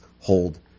hold